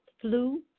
flu